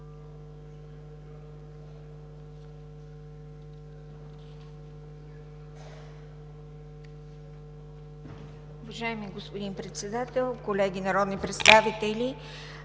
Уважаеми господин Председател, колеги народни представители!